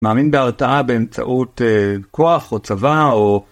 מאמין בהרתעה באמצעות כוח או צבא או...